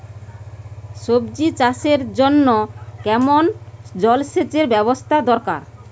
সবজি চাষের জন্য কেমন জলসেচের ব্যাবস্থা দরকার?